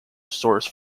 sourced